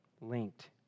linked